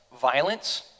violence